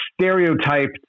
stereotyped